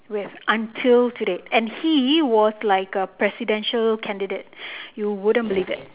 with until today and he was like a presidential candidate you wouldn't believe it